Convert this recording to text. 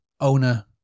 owner